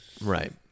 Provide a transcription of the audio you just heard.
Right